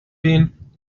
den